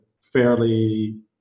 fairly